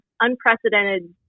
unprecedented